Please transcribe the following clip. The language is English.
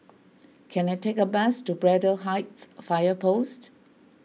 can I take a bus to Braddell Heights Fire Post